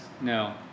No